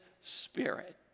Spirit